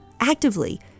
actively